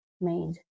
made